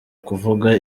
kuvuga